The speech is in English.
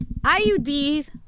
IUDs